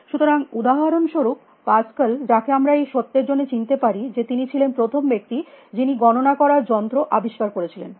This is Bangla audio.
সুতরাং উদাহরণস্বরূপ পাস্কাল যাকে আমরা এই সত্যের জন্য চিনতে পারি যে তিনি ছিলেন প্রথম ব্যক্তি যিনি গণনা করার যন্ত্র আবিষ্কার করেছিলেন